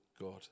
God